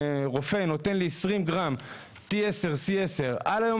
רופא נותן לי 20 גרם T10/C10 על היום